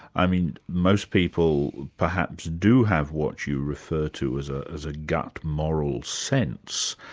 i mean most people perhaps do have what you refer to as ah as a gut moral sense,